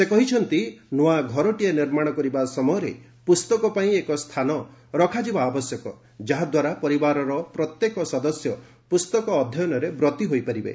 ସେ କହିଛନ୍ତି ନୂଆ ଘରଟିଏ ନିର୍ମାଣ କରିବା ସମୟରେ ପୁସ୍ତକ ପାଇଁ ଏକ ସ୍ଥାନ ରଖାଯିବା ଆବଶ୍ୟକ ଯାଦ୍ୱାରା ପରିବାରର ପ୍ରତ୍ୟେକ ସଦସ୍ୟ ପୁସ୍ତକ ଅଧ୍ୟୟନରେ ବ୍ରତୀ ରହିପାରିବେ